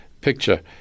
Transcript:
picture